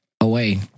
away